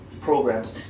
programs